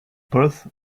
perth